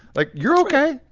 like, you're okay.